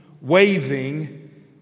waving